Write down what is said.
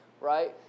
right